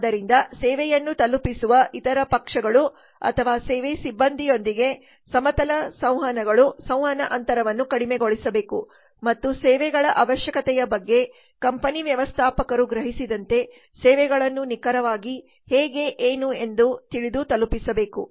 ಆದ್ದರಿಂದ ಸೇವೆಯನ್ನು ತಲುಪಿಸುವ ಇತರ ಪಕ್ಷಗಳು ಅಥವಾ ಸೇವೆ ಸಿಬ್ಬಂದಿ ರೊಂದಿಗೆ ಸಮತಲ ಸಂವಹನಗಳು ಸಂವಹನ ಅಂತರವನ್ನು ಕಡಿಮೆಗೊಳಿಸಬೇಕು ಮತ್ತು ಸೇವೆಗಳ ಅವಶ್ಯಕತೆಯ ಬಗ್ಗೆ ಕಂಪನಿ ವ್ಯವಸ್ಥಾಪಕರು ಗ್ರಹಿಸಿದಂತೆ ಸೇವೆಗಳನ್ನು ನಿಖರವಾಗಿ ಹೇಗೆ ಏನು ಎಂದು ತಿಳಿದು ತಲುಪಿಸಬೇಕು